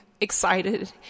excited